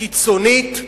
קיצונית,